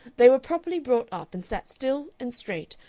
they were properly brought up, and sat still and straight,